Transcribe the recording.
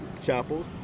chapels